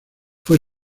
fue